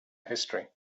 history